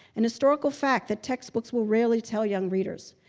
an historical fact that textbooks will rarely tell young readers.